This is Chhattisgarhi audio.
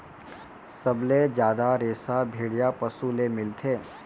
सबले जादा रेसा भेड़िया पसु ले मिलथे